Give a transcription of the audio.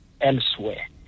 elsewhere